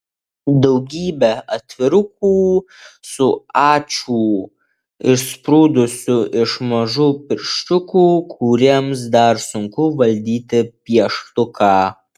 daugybė atvirukų su ačiū išsprūdusiu iš mažų pirščiukų kuriems dar sunku valdyti pieštuką